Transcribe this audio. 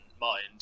mind